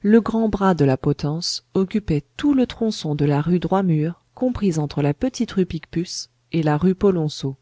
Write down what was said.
le grand bras de la potence occupait tout le tronçon de la rue droit mur compris entre la petite rue picpus et la rue polonceau